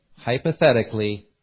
hypothetically